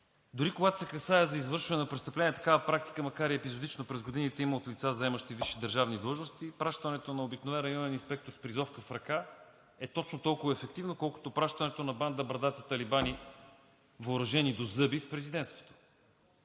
Дори когато се касае за извършване на престъпление, такава практика, макар и епизодична през годините, има от лица, заемащи висши държавни длъжности. Пращането на обикновен районен инспектор с призовка в ръка е точно толкова ефективно, колкото пращането на банда брадати талибани, въоръжени до зъби в Президентството,